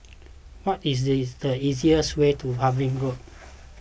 what is the easiest way to Harvey Road